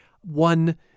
one